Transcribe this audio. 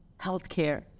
healthcare